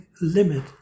limit